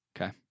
Okay